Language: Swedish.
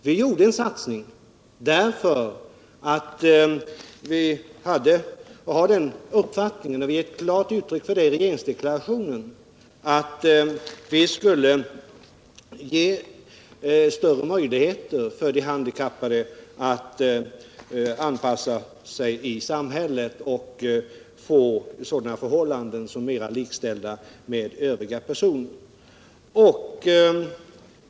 Vi gjorde en satsning därför att vi, såsom det klart uttrycks i regeringsdeklarationen, ville ge de handikappade större möjligheter att anpassa sig i samhället och få levnadsförhållanden som är mer likvärdiga med övriga människors.